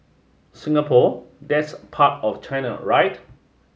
Singapore that's part of China right